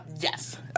Yes